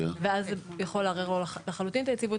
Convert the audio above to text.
ואז זה יכול לערער לו לחלוטין את היציבות,